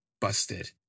busted